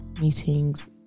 meetings